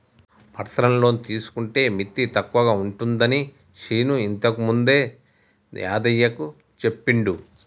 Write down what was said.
personal loan తీసుకుంటే మిత్తి తక్కువగా ఉంటుందని శీను ఇంతకుముందే యాదయ్యకు చెప్పిండు